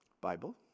Bible